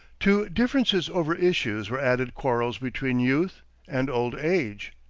to differences over issues were added quarrels between youth and old age.